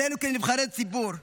עלינו כנבחרי ציבור להוביל,